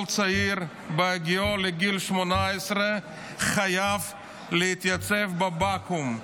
כל צעיר בהגיעו לגיל 18 חייב להתייצב בבקו"ם,